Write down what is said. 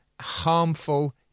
harmful